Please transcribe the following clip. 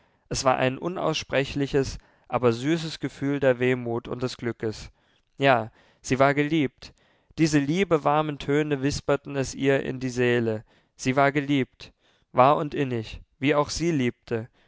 es war ein unaussprechliches aber süßes gefühl der wehmut und des glückes ja sie war geliebt diese liebewarmen töne wisperten es ihr in die seele sie war geliebt wahr und innig wie auch sie liebte